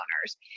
owners